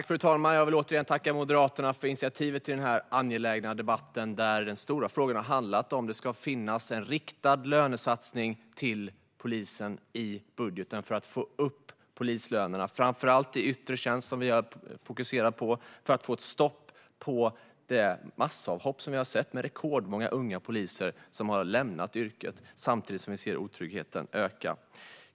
Fru talman! Jag vill återigen tacka Moderaterna för initiativet till denna angelägna debatt. Den stora frågan har varit om det ska finnas en riktad lönesatsning på polisen i budgeten, för att få upp polislönerna, framför allt för dem i yttre tjänst, som vi har fokuserat på, och för att få stopp på de massavhopp vi har sett, med rekordmånga unga poliser som har lämnat yrket samtidigt som vi ser att otryggheten ökar.